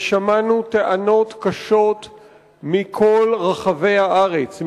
ושמענו טענות קשות מכל רחבי הארץ,